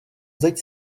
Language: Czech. zeď